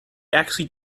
actually